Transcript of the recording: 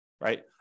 right